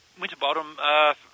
Winterbottom